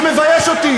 זה מבייש אותי.